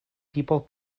people